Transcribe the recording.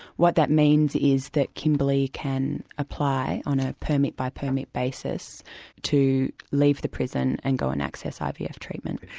what that means is that kimberley can apply on a permit-by-permit basis to leave the prison and go and access ivf treatment.